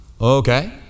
Okay